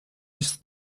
this